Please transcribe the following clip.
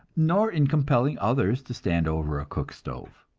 nor in compelling others to stand over a cook stove.